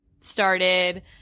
started